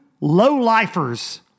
low-lifers